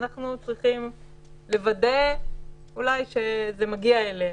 ואנחנו צריכים לוודא שזה מגיע אליהם.